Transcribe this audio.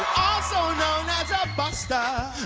also knowns a buster.